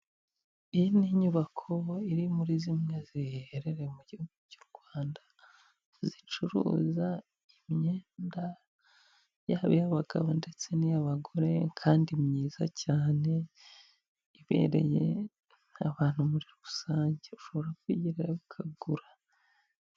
Iyi ni inyubako iri muri zimwe ziherereye mu Rwanda zicuruza imyenda yaba iy'abagabo ndetse n'iy'abagore kandi myiza cyane ibereye abantu muri rusange, ushobora kwigirayo ukagura.